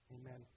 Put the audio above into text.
Amen